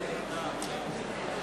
1206,